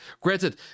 granted